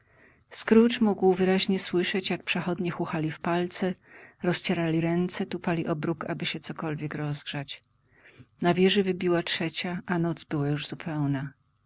scrooge mógł wyraźnie słyszeć jak przechodnie chuchali w palce rozcierali ręce tupali o bruk aby się cokolwiek rozgrzać na wieży wybiła trzecia a noc była już zupełna cały